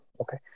okay